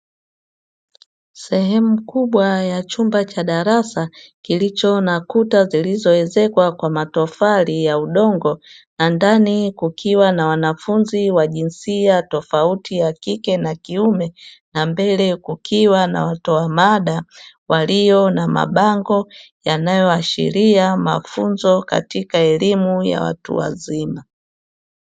Sehemu kubwa ya chumba cha darasa kilicho na kuta zilizoezekwa kwa matofali ya udongo na ndani kukiwa na wanafunzi wa jinsia tofauti, ya kike na kiume, na mbele kukiwa na watoa mada walio na mabango yanayoashiria mafunzo katika elimu ya watu wazima.